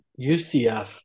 UCF